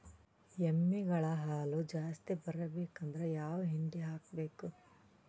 ಎಮ್ಮಿ ಗಳ ಹಾಲು ಜಾಸ್ತಿ ಬರಬೇಕಂದ್ರ ಯಾವ ಹಿಂಡಿ ಹಾಕಬೇಕು?